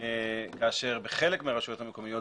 כאשר ברוב הרשויות המקומיות